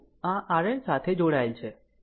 અને હવે આ 10 Ω આ RN સાથે જોડાયેલ છે